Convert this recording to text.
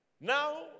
now